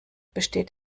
besteht